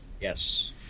Yes